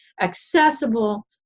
accessible